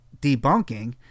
debunking